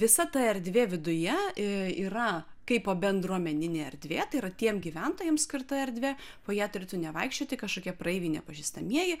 visa ta erdvė viduje yra kaipo bendruomeninė erdvė tai yra tiem gyventojam skirta erdvė po ja turėtų nevaikščioti kažkokie praeiviai nepažįstamieji